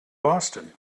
boston